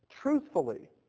Truthfully